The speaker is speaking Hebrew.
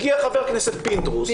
הגיע חבר כנסת פינדרוס,